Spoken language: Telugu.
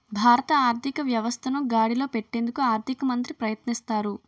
భారత ఆర్థిక వ్యవస్థను గాడిలో పెట్టేందుకు ఆర్థిక మంత్రి ప్రయత్నిస్తారు